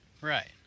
Right